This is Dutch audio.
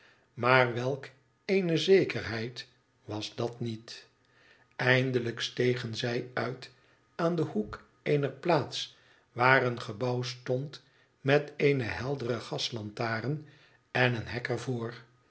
maar welk eene zekerheid was dat niet eindelijk stegen zij uit aan den hoek eener plaats waar een gebouw stond met eene heldere gaslantaren en een hek er